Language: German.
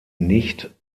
nicht